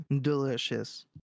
Delicious